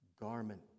garment